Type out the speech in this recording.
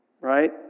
right